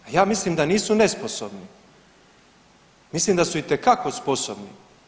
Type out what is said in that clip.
Ja mislim da nisu nesposobni, mislim da su itekako sposobni.